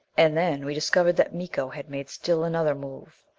and then we discovered that miko had made still another move.